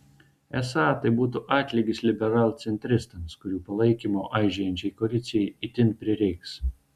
esą tai būtų atlygis liberalcentristams kurių palaikymo aižėjančiai koalicijai itin prireiks